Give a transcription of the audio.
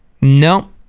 No